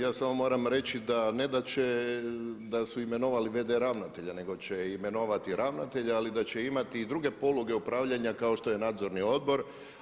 Ja samo moram reći da ne da će, da su imenovali VD ravnatelja nego će imenovati ravnatelja ali da će imati i druge poluge upravljanja kao što je nadzorni odbor.